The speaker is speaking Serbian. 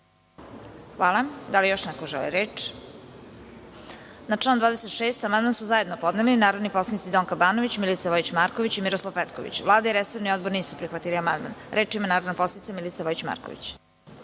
Hvala. Da li još neko želi reč? (Ne)Na član 26. amandman su zajedno podneli narodni poslanici Donka Banović, Milica Vojić Marković i Miroslav Petković. Vlada i resorni odbor nisu prihvatili amandman. Reč ima narodna poslanica Milica Vojić Marković.